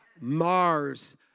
Mars